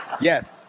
Yes